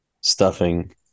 stuffing